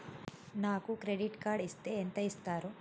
నాకు credit card ఇస్తే ఎంత ఇస్తరు?